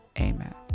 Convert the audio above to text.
amen